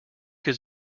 his